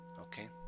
Okay